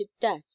death